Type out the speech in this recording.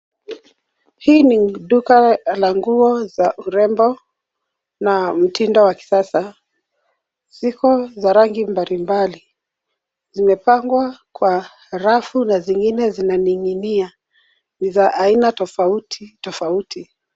Hii ni duka la nguo za urembo na mtindo wa kisasa. Ziko za rangi mbalimbali. Zimepangwa kwa rafu na zingine zinaning'inia. Ni za aina tofauti tofauti.